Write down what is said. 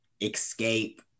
escape